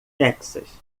texas